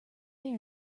there